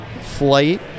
Flight